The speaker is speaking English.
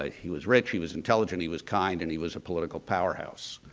ah he was rich. he was intelligent. he was kind and he was a political power house.